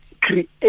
create